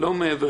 להיות